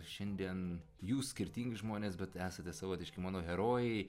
šiandien jūs skirtingi žmonės bet esate savotiški mano herojai